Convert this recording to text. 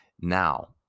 Now